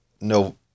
no